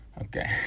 Okay